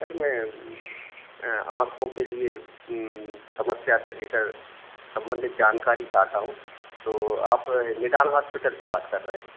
sir मैं आँखों के लिए समस्या से लेकर संबंधित जानकारी चाहता हूँ तो आप निदान हास्पिटल से बात कर रहे हैं